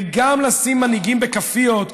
וגם לשים מנהיגים בכאפיות,